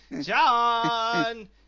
John